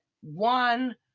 one